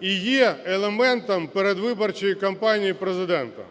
і є елементом передвиборчої кампанії Президента.